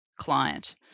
client